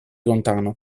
lontano